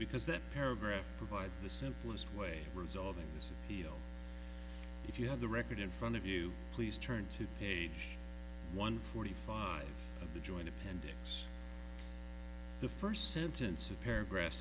because that paragraph provides the simplest way resolving this deal if you have the record in front of you please turn to page one forty five of the joint appendix the first sentence or paragraph